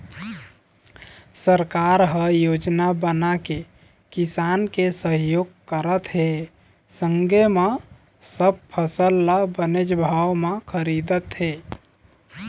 सरकार ह योजना बनाके किसान के सहयोग करत हे संगे म सब फसल ल बनेच भाव म खरीदत हे